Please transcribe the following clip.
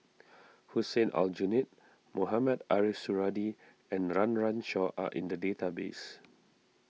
Hussein Aljunied Mohamed Ariff Suradi and Run Run Shaw are in the database